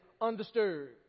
undisturbed